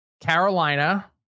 Carolina